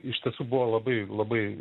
iš tiesų buvo labai labai